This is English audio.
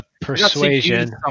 persuasion